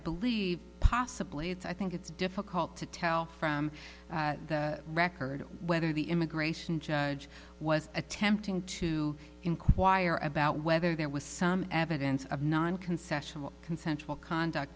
believe possibly it's i think it's difficult to tell from the record whether the immigration judge was attempting to enquire about whether there was some evidence of non concessional consensual conduct